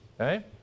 Okay